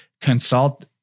consult